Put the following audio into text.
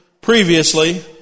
previously